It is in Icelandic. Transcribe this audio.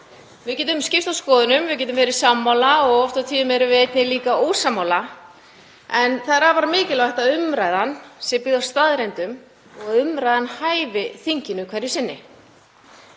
Við getum skipst á skoðunum, við getum verið sammála og oft og tíðum erum við einnig líka ósammála en það er afar mikilvægt að umræðan sé byggð á staðreyndum og að umræðan hæfi þinginu hverju sinni.